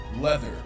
leather